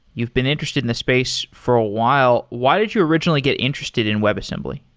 you've been interested in the space for a while. why did you originally get interested in webassembly?